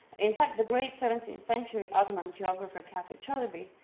in fact the great seventeenth century ottoman geographer katap celebi,